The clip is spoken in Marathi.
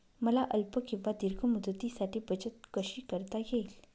मला अल्प किंवा दीर्घ मुदतीसाठी बचत कशी करता येईल?